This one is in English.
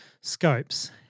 scopes